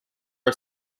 are